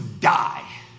die